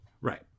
right